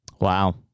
Wow